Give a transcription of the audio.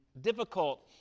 difficult